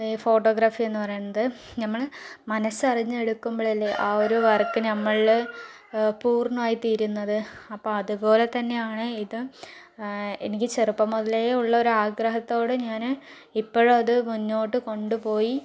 ഈ ഫോട്ടോഗ്രാഫി എന്ന് പറയണത് നമ്മള് മനസ്സ് അറിഞ്ഞു എടുക്കുമ്പോഴല്ലേ ആ ഒരു വർക്ക് നമ്മളില് പൂർണമായിത്തീരുന്നത് അപ്പോൾ അതുപോലെത്തന്നെയാണ് ഇതും എനിക്ക് ചെറുപ്പം മുതലേ ഉള്ള ഒരു ആഗ്രഹത്തോടെ ഞാൻ ഇപ്പോഴും അത് മുന്നോട്ട് കൊണ്ടുപോയി